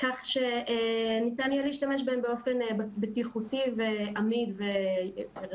כך שניתן יהיה להשתמש בהם באופן בטיחותי ועמיד ורציף.